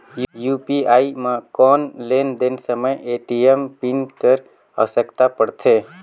UPI म कौन लेन देन समय ए.टी.एम पिन कर आवश्यकता पड़थे?